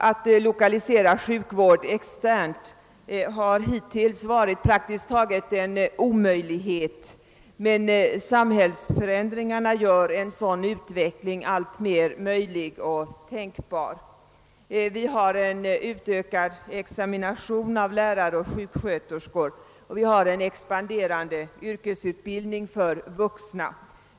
Att lokalisera sjukvården externt har hittills varit praktiskt taget omöjligt, men samhällsförändringarna gör en sådan utveckling alltmer möjlig och tänkbar. Vi har sålunda nu en utökad examination av läkare och sjuksköterskor samt en expanderande yrkesutbildning för vuxna.